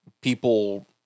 people